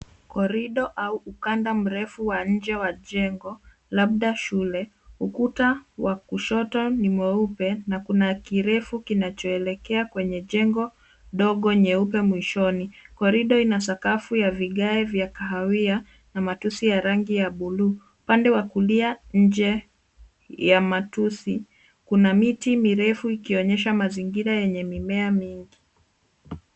Korido au ukanda mrefu wa nje wa jengo. Labda shule. Ukuta wa kushoto ni mweupe na kuna kirefu kinachoelekea dogo nyeupe mwishoni. Korido ina sakafu ya vigae vya kahawia na matuzi ya rangi ya buluu. Upande wa kulia nje ya matuzi, kuna miti mirefu ikionyesha mazingira yenye mimea mingi.